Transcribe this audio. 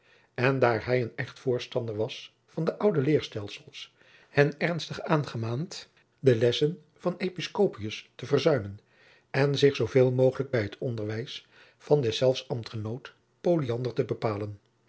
en daar hij een echt voorstander was van de oude leerstelsels hen ernstig aangemaand de lessen van episcopius te verzuimen en zich zooveel mogelijk bij het onderwijs van deszelfs ambtgenoot polyander te bepalen